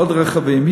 עוד רכבים.